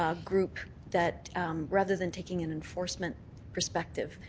ah group that rather than taking an enforcement perspective,